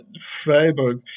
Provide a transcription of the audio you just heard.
Freiburg